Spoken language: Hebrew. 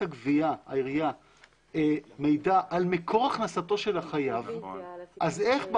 הגבייה מידע על מקור הכנסתו של החייב אז איך,